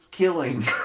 killing